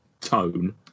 tone